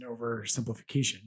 oversimplification